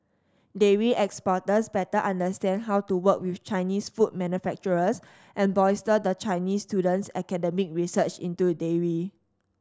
dairy exporters better understand how to work with Chinese food manufacturers and bolster the Chinese student's academic research into dairy